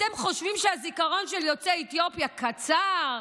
אתם חושבים שהזיכרון של יוצאי אתיופיה קצר,